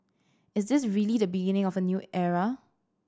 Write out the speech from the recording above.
is this really the beginning of a new era